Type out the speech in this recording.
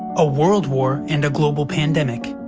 a world war and a global pandemic.